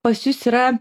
pas jus yra